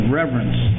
reverence